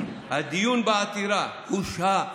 הדיון בעתירה הושהה